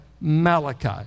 Malachi